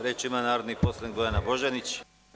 Reč ima narodni poslanik Bojana Božanić.